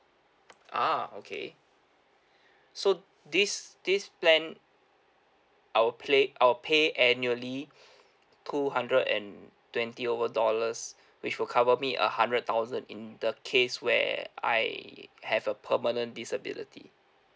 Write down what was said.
ah okay so this this plan I'll play I'll pay annually two hundred and twenty over dollars which will cover me a hundred thousand in the case where I have a permanent disability